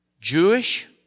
Jewish